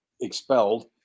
expelled